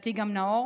לדעתי גם נאור.